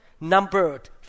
numbered